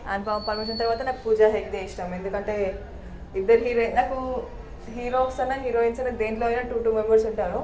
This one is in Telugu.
అనుపమ పరమేశ్వరన్ తర్వాత నాకు పూజా హెగ్డే అంటే ఇష్టం ఎందుకంటే ఇద్దరు హీరోయిన్ నాకు హీరోస్ అయినా హీరోయిన్స్ అయినా దేంట్లో అయినా నాకు టూ టూ మెంబర్స్ ఉంటారు